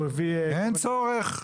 אין צורך?